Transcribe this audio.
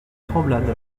tremblade